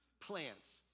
plants